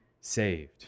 saved